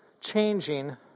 changing